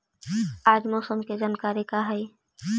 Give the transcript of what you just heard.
आज मौसम के जानकारी का हई?